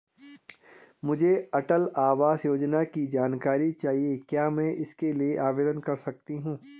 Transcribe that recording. मुझे अटल आवास योजना की जानकारी चाहिए क्या मैं इसके लिए आवेदन कर सकती हूँ?